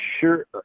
sure